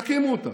תקימו אותה,